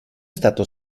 stato